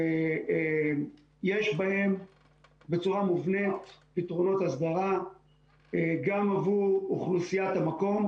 יש בהן בצורה מובנית פתרונות הסדרה גם עבור אוכלוסיית המקום,